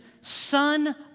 son